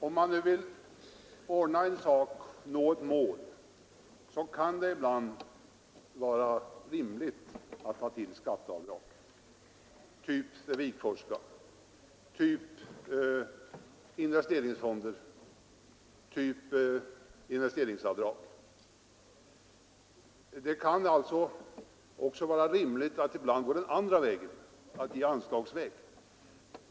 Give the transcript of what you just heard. Om man vill nå ett visst mål så kan det ibland vara rimligt att ta till skatteavdrag — typ det Wigforsska, typ investeringsfonder, typ investeringsavdrag — men ibland också att gå den andra vägen, anslagsvägen.